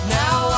now